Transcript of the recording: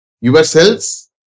yourselves